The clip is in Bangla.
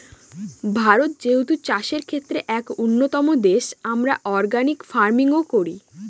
ভারত যেহেতু চাষের ক্ষেত্রে এক উন্নতম দেশ, আমরা অর্গানিক ফার্মিং ও করি